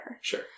Sure